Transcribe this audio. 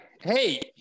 hey